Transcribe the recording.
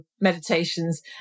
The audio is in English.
meditations